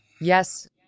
Yes